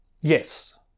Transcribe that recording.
Yes